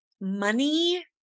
money